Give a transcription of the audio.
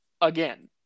again